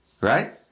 right